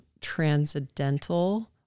transcendental